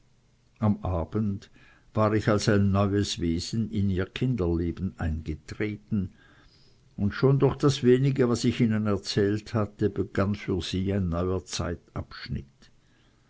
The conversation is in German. am abend war ich als ein neues wesen in ihr kinderleben eingetreten und schon durch das wenige was ich ihnen erzähle hatte begann für sie ein neuer zeitabschnitt